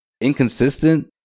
inconsistent –